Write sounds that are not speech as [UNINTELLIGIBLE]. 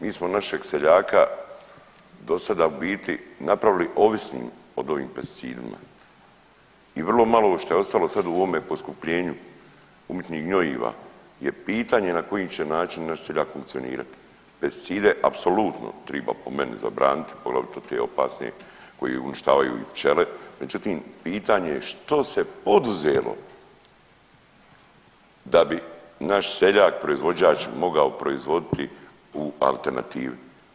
Mi smo našeg seljaka do sada u biti napravili ovisnim o ovim pesticidima i vrlo malo što je ostalo sad u ovome poskupljenju umjetnih gnojiva je pitanje na koji će način … [UNINTELLIGIBLE] Pesticide apsolutno triba po meni zabraniti pogotovo te opasnije koji uništavaju i pčele, međutim pitanje je što se poduzelo da bi naš seljak, proizvođač mogao proizvoditi u alternativi.